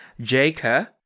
Jacob